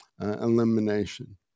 elimination